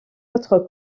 autres